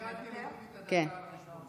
נתתי לדודי את הדקה על חשבוני.